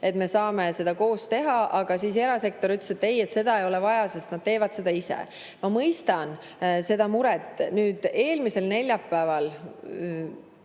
et saame seda koos teha, aga siis ütles erasektor, et ei, seda ei ole vaja, sest nad teevad seda ise. Ma mõistan seda muret. Eelmisel neljapäeval